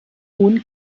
hohen